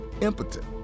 impotent